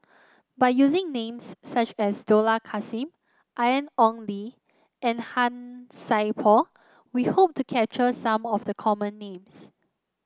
by using names such as Dollah Kassim Ian Ong Li and Han Sai Por we hope to capture some of the common names